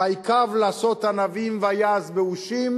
"ויקַו לעשות ענבים ויעש באושים,